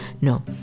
no